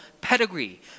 pedigree